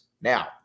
Now